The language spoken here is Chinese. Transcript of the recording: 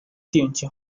定期